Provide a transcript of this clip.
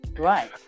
Right